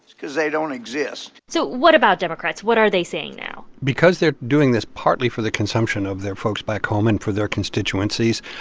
because they don't exist so what about democrats? what are they saying now? because they're doing this partly for the consumption of their folks back home and for their constituencies,